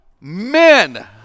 Men